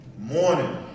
morning